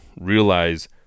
realize